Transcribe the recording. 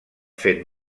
fet